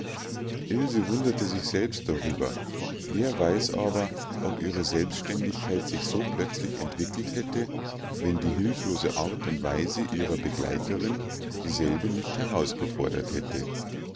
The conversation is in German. ilse wunderte sich selbst darüber wer weiß aber ob ihre selbständigkeit sich so plötzlich entwickelt hätte wenn die hilflose art und weise ihrer begleiterin dieselbe nicht herausgefordert hätte